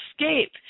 escape